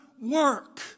work